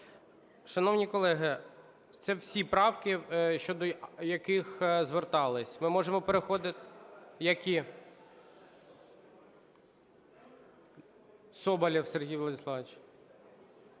Шановні колеги, це всі правки, щодо яких звертались. Ми можемо переходити… Які? Соболєв Сергій Владиславович.